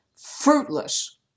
fruitless